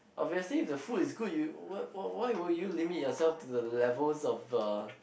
obviously the food is good you why why why would you limit yourself to the levels of uh